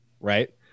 right